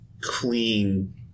clean